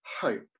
hope